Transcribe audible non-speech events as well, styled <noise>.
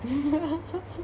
<laughs>